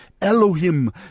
Elohim